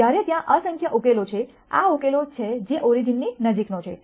જ્યારે ત્યાં અસંખ્ય ઉકેલો છે આ ઉકેલો છે જે ઓરિજીનની નજીકનો છે